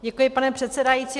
Děkuji, pane předsedající.